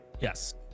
yes